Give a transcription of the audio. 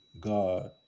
God